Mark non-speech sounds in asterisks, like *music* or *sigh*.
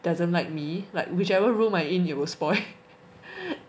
doesn't like me like whichever room I in it will spoil *laughs*